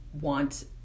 want